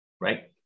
right